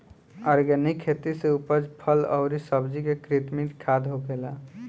organic खेती से उपजल फल अउरी सब्जी में कृत्रिम खाद ना होखेला